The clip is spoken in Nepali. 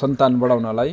सन्तान बढाउनलाई